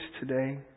today